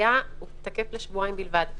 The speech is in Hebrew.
והוא תקף לשבועיים בלבד.